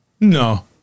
No